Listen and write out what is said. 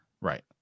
Right